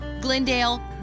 Glendale